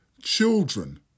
Children